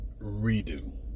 redo